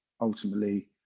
Ultimately